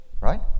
right